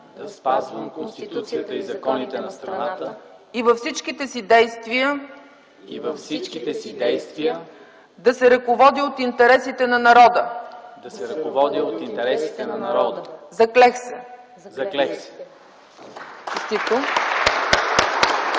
да спазвам Конституцията и законите на страната във всичките си действия да се ръководя от интересите на народа. Заклех се!”